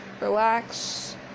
relax